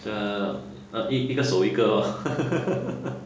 err err 一个手一个 loh